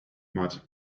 mud